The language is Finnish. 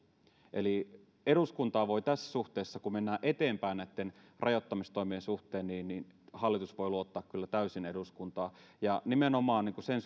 eli tässä suhteessa kun mennään eteenpäin näitten rajoittamistoimien suhteen hallitus voi luottaa kyllä täysin eduskuntaan ja nimenomaan sen